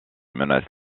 menace